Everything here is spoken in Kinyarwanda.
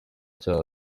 cyaha